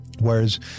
Whereas